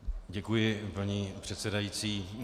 Děkuji, paní předsedající.